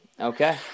Okay